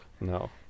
No